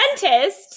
dentist